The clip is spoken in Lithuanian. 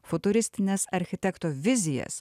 futuristines architekto vizijas